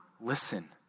listen